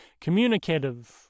communicative